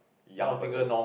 young person